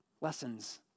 lessons